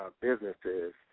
businesses